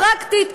פרקטית,